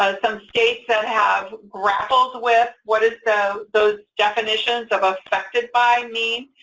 ah some states that have grappled with what does so those definitions of affected by mean?